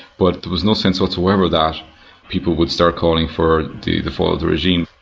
but there was no sense whatsoever that people would start calling for the the fall of the regime.